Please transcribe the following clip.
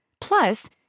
Plus